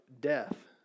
death